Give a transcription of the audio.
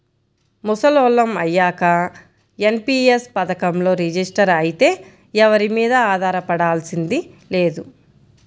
ముసలోళ్ళం అయ్యాక ఎన్.పి.యస్ పథకంలో రిజిస్టర్ అయితే ఎవరి మీదా ఆధారపడాల్సింది లేదు